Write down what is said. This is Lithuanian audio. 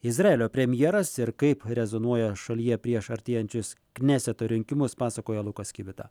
izraelio premjeras ir kaip rezonuoja šalyje prieš artėjančius kneseto rinkimus pasakoja lukas kivita